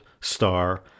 star